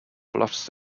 bluffs